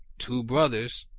two brothers,